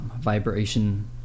vibration